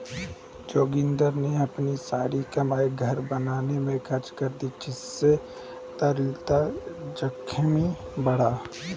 जोगिंदर ने अपनी सारी कमाई घर बनाने में खर्च कर दी जिससे तरलता जोखिम बढ़ा